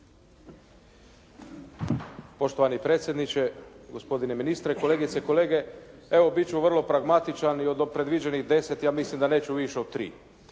Poštovani predsjedniče, gospodine ministre, kolegice i kolege. Evo, bit ću vrlo pragmatičan i od predviđenih deset ja mislim da neću više od tri.